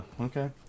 Okay